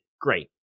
great